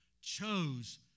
Chose